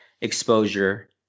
exposure